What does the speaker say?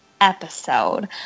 episode